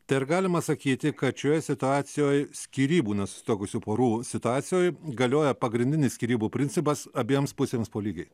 tai ar galima sakyti kad šioje situacijoj skyrybų nesusituokusių porų situacijoj galioja pagrindinis skyrybų principas abiems pusėms po lygiai